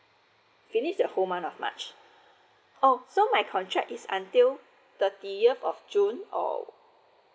finish the whole month of march oh so my contract is until thirtieth of june or